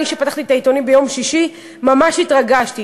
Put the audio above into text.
אני, כשפתחתי את העיתונים ביום שישי, ממש התרגשתי.